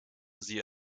sie